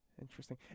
Interesting